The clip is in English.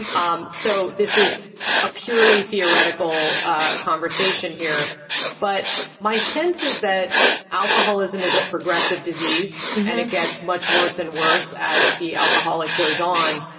ah um so this is a purely theoretical ah conversation here but my sense is that alcoholism is a progressive disease and it gets much worse and worse as the alcoholic goes on.